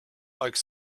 like